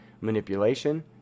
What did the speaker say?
manipulation